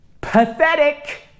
Pathetic